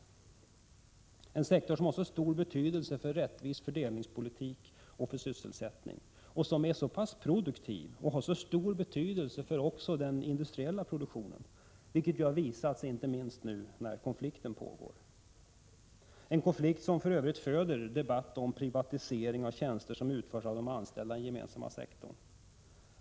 Den har mycket stor betydelse för en rättvis fördelningspolitik och för sysselsättningen. Det är en sektor som är mycket produktiv, också vad gäller den industriella produktionen, vilket har visats inte minst nu när konflikten pågår. Det är för övrigt en konflikt som föder en debatt om privatisering av tjänster som utförs av de anställda inom den gemensamma sektorn.